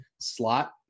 Slot